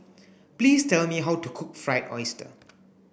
please tell me how to cook fried oyster